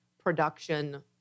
production